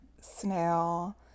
snail